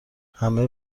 همه